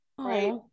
right